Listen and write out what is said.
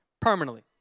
permanently